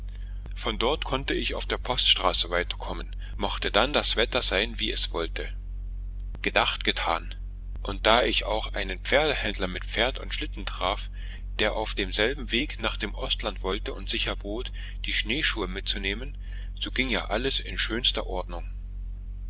von dort konnte ich auf der poststraße weiterkommen mochte dann das wetter sein wie es wollte gedacht getan und da ich auch einen pferdehändler mit pferd und schlitten traf der auf demselben weg nach dem ostland wollte und sich erbot die schneeschuhe mitzunehmen so ging ja alles in schönster ordnung